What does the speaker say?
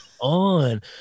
on